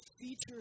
features